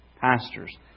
pastors